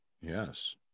Yes